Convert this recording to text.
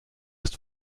ist